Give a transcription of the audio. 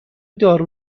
دارو